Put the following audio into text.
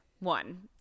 One